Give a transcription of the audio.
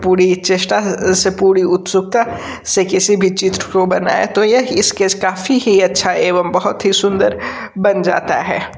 पूरी चेष्टा से पूरी उत्सुकता से किसी भी चित्र को बनाए तो यह इस्केच काफ़ी ही अच्छा एवं बहुत ही सुंदर बन जाता है